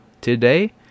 today